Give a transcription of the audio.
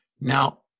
Now